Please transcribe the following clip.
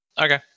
okay